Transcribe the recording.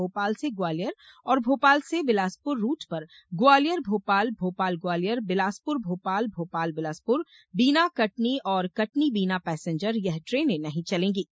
भोपाल से ग्वालियर और भोपाल से विलासपुर रूट पर ग्वालियर भोपाल भोपाल ग्वालियर विलासपुर भोपाल भोपाल विलासपुर बीना कटनी और कटनी बीना पैसेंजर ये ट्रेने नहीं चलेगीं